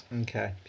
Okay